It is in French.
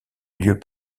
lieu